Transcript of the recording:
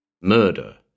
Murder